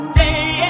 day